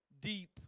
deep